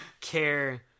care